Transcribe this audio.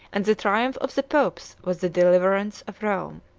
and the triumph of the popes was the deliverance of rome.